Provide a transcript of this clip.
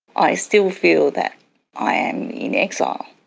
i still feel that i am in exile.